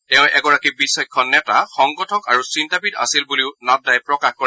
তেওঁ এগৰাকী বিচক্ষণ নেতা সংগঠক আৰু চিন্তাবিদ আছিল বুলিও শ্ৰীনাড্ডাই প্ৰকাশ কৰে